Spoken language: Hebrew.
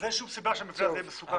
אז אין סיבה שהבניין יהיה מסוכן.